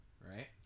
right